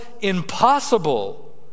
impossible